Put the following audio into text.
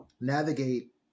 navigate